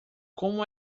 como